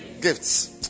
Gifts